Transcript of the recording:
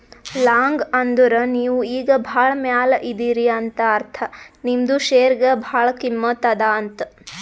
long ಅಂದುರ್ ನೀವು ಈಗ ಭಾಳ ಮ್ಯಾಲ ಇದೀರಿ ಅಂತ ಅರ್ಥ ನಿಮ್ದು ಶೇರ್ಗ ಭಾಳ ಕಿಮ್ಮತ್ ಅದಾ ಅಂತ್